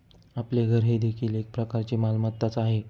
आपले घर हे देखील एक प्रकारची मालमत्ताच आहे